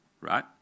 right